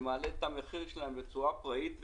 מה שמעלה את המחיר שלהם בצורה פראית.